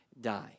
die